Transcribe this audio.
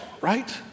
right